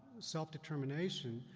self-determination,